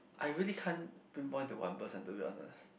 I really can't pinpoint to one person to be honest